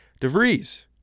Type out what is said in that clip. DeVries